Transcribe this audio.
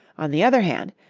on the other hand,